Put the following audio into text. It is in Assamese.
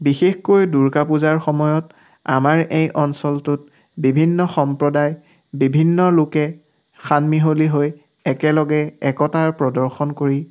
বিশেষকৈ দুৰ্গা পূজাৰ সময়ত আমাৰ এই অঞ্চলটোত বিভিন্ন সম্প্ৰদায় বিভিন্ন লোকে সানমিহলি হৈ একেলগে একতাৰ প্ৰদৰ্শন কৰি